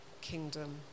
kingdom